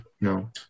no